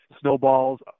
Snowball's